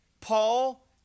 Paul